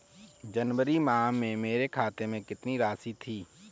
जनवरी माह में मेरे खाते में कितनी राशि थी?